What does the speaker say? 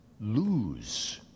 lose